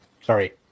Sorry